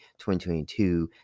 2022